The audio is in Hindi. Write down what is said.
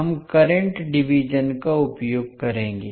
हम करंट डिवीज़न का उपयोग करेंगे